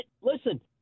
listen